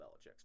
Belichick's